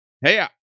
hey